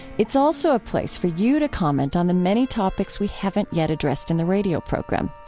it's also a place for you to comment on the many topics we haven't yet addressed in the radio program.